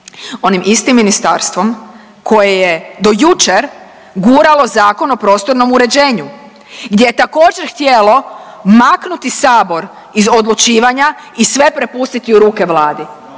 onim istim ministarstvom koje je do jučer guralo Zakon o prostornom uređenju gdje je također htjelo maknuti Sabor iz odlučivanja i sve prepustiti u ruke Vladi,